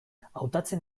hautatzen